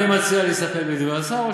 אני מציע להסתפק בדברי השר.